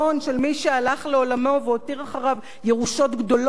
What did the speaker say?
לעולמו והותיר אחריו ירושות גדולות במיוחד.